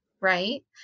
right